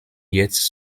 jetzt